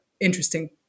interesting